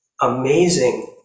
amazing